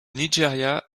nigeria